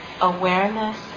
awareness